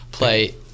play